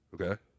Okay